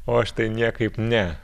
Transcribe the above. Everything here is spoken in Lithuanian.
o aš tai niekaip ne